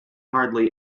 hardly